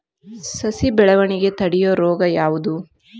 ಸಸಿ ಬೆಳವಣಿಗೆ ತಡೆಯೋ ರೋಗ ಯಾವುದು?